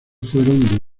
fueron